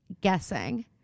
guessing